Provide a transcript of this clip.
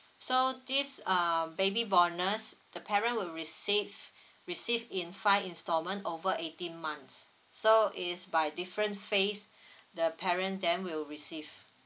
so this uh baby bonus the parent will receive receive in five installment over eighteen months so it's by different phase the parent then will receive